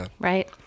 right